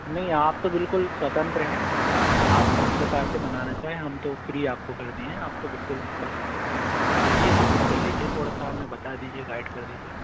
नहीं आप तो बिल्कुल स्वतंत्र हैं आप जिस प्रकार से बनाना चाहे हम तो फ्री आपको कर दिए हैं आप तो बिल्कुल बस आ जाइए विजिट कर लीजिए थोड़ा सा हमें बता दीजिए गाइड कर दीजिए